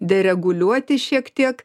dereguliuoti šiek tiek